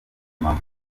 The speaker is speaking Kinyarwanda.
mama